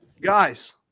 guys